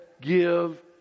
give